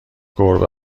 گربه